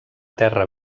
terra